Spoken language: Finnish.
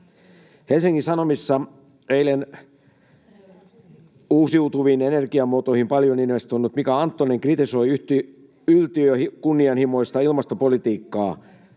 Helsingin Sanomissa eilen uusiutuviin energiamuotoihin paljon investoinut Mika Anttonen kritisoi yltiökunnianhimoista ilmastopolitiikkaa.